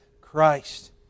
Christ